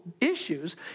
issues